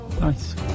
nice